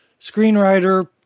screenwriter